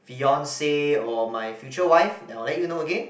fiancee or my future wife then I'll let you know again